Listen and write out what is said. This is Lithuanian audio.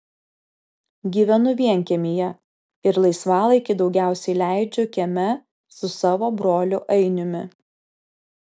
gyvenu vienkiemyje ir laisvalaikį daugiausiai leidžiu kieme su savo broliu ainiumi